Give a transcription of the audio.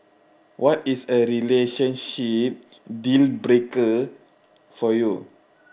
what is a relationship deal breaker for you